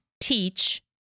teach